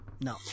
No